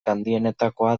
handienetakoa